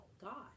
God